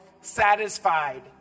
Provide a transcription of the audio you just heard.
Satisfied